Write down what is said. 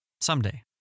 someday